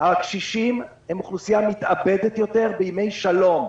הקשישים הם אוכלוסייה מתאבדת יותר בימי שלום.